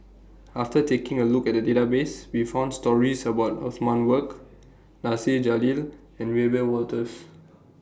after taking A Look At The Database We found stories about Othman Wok Nasir Jalil and Wiebe Wolters